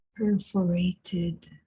Perforated